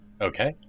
Okay